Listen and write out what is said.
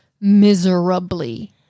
miserably